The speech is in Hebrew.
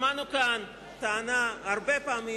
שמענו כאן טענה הרבה פעמים,